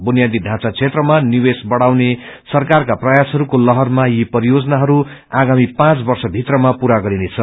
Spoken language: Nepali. बुनियादी ढाँचा क्षेत्रमा निवेश वढाउने सरकारको प्रयासहरूको लहरमा यी परियोजनाहरू आगामी पाँच वर्षहरूमा पूरा गरिनेछ